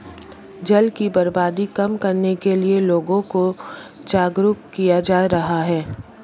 जल की बर्बादी कम करने के लिए लोगों को जागरुक किया जा रहा है